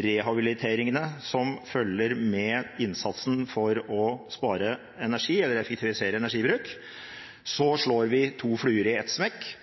rehabiliteringene som følger med innsatsen for å spare energi – eller effektivisere energibruk – slår vi to fluer i ett smekk;